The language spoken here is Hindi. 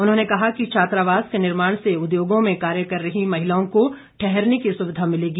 उन्होंने कहा कि छात्रावास के निर्माण से उद्योगों में कार्य कर रही महिलाओं को ठहरने की सुविधा मिलेगी